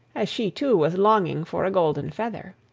as she too was longing for a golden feather.